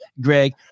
Greg